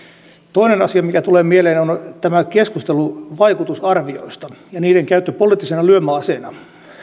toinen asia mikä tulee mieleen on on tämä keskustelu vaikutusarvioista ja niiden käyttö poliittisena lyömäaseena